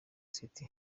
city